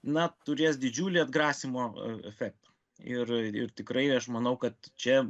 na turės didžiulį atgrasymo efektą ir ir tikrai aš manau kad čia